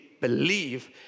believe